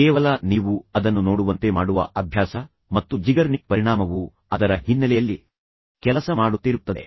ಕೇವಲ ನೀವು ಅದನ್ನು ನೋಡುವಂತೆ ಮಾಡುವ ಅಭ್ಯಾಸ ಅದು ಹೆಚ್ಚೇನೂ ಅಲ್ಲ ಮತ್ತು ಝಿಗರ್ನಿಕ್ ಪರಿಣಾಮವು ಅದರ ಹಿನ್ನೆಲೆಯಲ್ಲಿ ಕೆಲಸ ಮಾಡುತ್ತಿರುತ್ತದೆ